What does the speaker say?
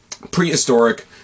prehistoric